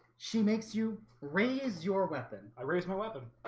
she makes you raise your weapon. i raised my weapon